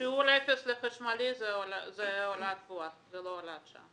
שיעור אפס לחשמלי, זו הוראה קבועה ולא הוראת שעה.